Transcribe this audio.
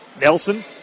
Nelson